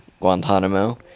Guantanamo